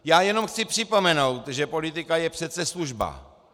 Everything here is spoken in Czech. Já jenom chci připomenout, že politika je přece služba.